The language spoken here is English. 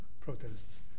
protests